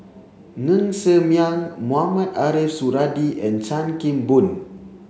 Ng Ser Miang Mohamed Ariff Suradi and Chan Kim Boon